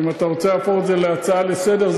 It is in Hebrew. אם אתה רוצה להפוך את זה להצעה לסדר-היום?